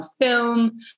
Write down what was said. film